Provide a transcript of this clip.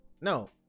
No